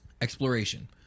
exploration